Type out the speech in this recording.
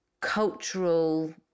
cultural